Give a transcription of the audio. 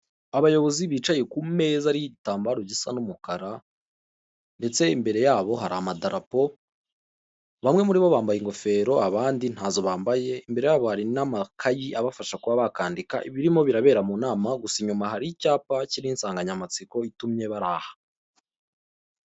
Abayobozi bicaye ku meza ariho igitambaro gisa n'umukara ndetse imbere yabo hari amadarapo, bamwe muri bo bambaye ingofero abandi ntazo bambaye, imbere yabo hari n'amakayi abafasha kuba bakandika ibirimo birabera mu nama gusa inyuma hari icyapa kiriho insanganyamatsiko itumye bari aha.